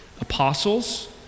apostles